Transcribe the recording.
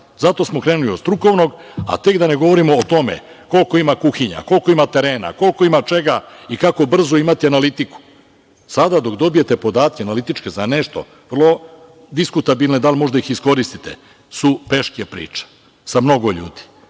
Zato smo krenuli od strukovnog. A tek da ne govorimo o tome koliko ima kuhinja, koliko ima terena, koliko ima čega i kako brzo imati analitiku. Sada, dok dobijete podatke analitičke za nešto, diskutabilno je da li možete da ih iskoristite, su teške priče sa mnogo ljudi,